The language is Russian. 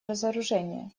разоружение